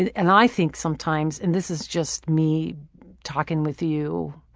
and and i think sometimes. and this is just me talking with you